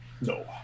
No